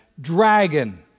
dragon